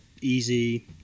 easy